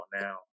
now